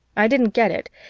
i didn't get it,